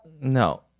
No